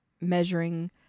measuring